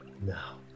Now